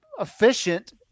efficient